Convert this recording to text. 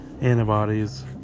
antibodies